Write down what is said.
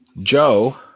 Joe